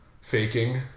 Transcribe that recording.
faking